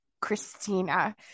Christina